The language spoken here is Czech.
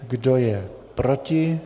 Kdo je proti?